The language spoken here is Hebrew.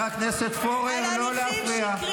את לא מתביישת?